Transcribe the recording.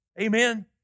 Amen